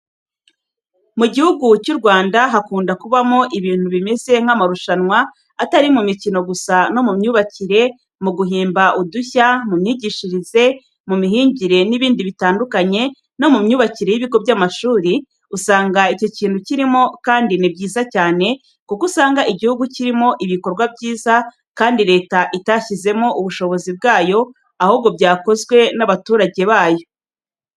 Mu gihugu cy'u Rwanda hakunda kubamo ibintu bimeze nk'amarushanwa atari mu mikino gusa no mu myubakire, mu guhimba udushya, mu myigishirize, mu mihingire n'ibindi bitandukanye no mu myubakire y'ibigo by'amashuri, usanga icyo kintu kirimo kandi ni byiza cyane kuko usanga igihugu kirimo ibikorwa byiza kandi Leta itashyizemo ubushobozi bwayo ahubwo byakozwe n'abaturage bayo.